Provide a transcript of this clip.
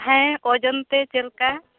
ᱦᱮᱸ ᱳᱡᱚᱱ ᱛᱮ ᱪᱮᱫ ᱞᱮᱠᱟ